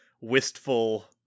wistful